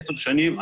עשר שנים,